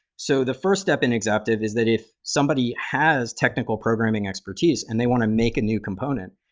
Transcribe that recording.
so the first step in exaptive is that if somebody has technical programming expertise and they want to make a new component,